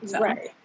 right